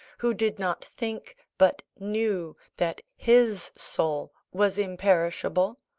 who did not think, but knew, that his soul was imperishable.